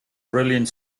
brilliant